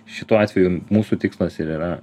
šituo atveju mūsų tikslas ir yra